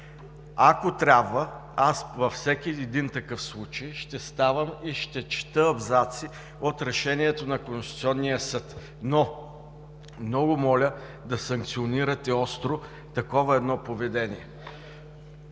Ако трябва, във всеки един такъв случай аз ще ставам и ще чета абзаци от Решението на Конституционния съд, но много моля да санкционирате остро такова поведение.